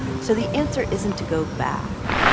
so the answer isn't to go back.